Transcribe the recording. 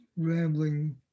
rambling